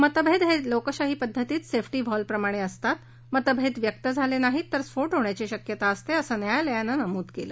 मतभेद हे लोकशाही पद्धतीत सेफ्टी व्हॉल्वप्रमाणे असतात मतभेद व्यक्त झाले नाही तर स्फोट होण्याची शक्यता असते असं न्यायालयानं नमूद केलं